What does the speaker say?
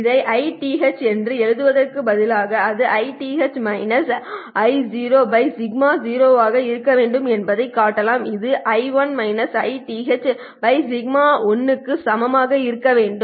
இதை Ith என்று எழுதுவதற்கு பதிலாக அது Ith -I0 σ0 ஆக இருக்க வேண்டும் என்பதைக் காட்டலாம் இது σ1 க்கு சமமாக இருக்க வேண்டும்